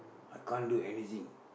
I can't do anything